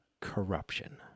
corruption